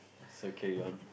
it's okay yawn